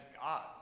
God